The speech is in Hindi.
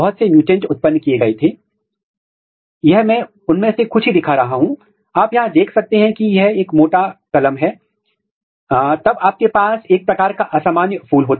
तो यह TDNA अनियमित तरीके से जीनोम में डाला गया है और यदि हम यह मान लेते हैं कि यह TDNA जीन ऑफ इंटरेस्ट में डाला गया है जोकि पेटल में अभिव्यक्त हुआ है